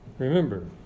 Remember